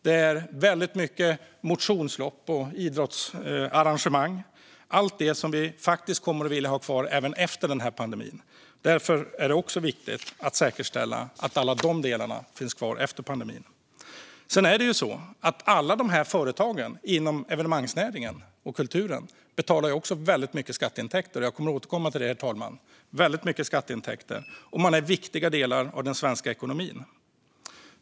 Det är motionslopp och idrottsarrangemang. Allt detta är sådant som vi kommer att vilja ha kvar även efter pandemin. Därför är det viktigt att säkerställa att alla de delarna finns kvar. Alla dessa företag inom evenemangsnäringen och kulturen står också för väldigt mycket skatteintäkter. Jag återkommer till detta, herr talman. De är en viktig del av den svenska ekonomin. Herr talman!